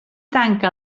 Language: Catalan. tanca